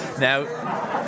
now